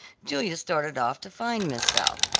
julia started off to find miss south,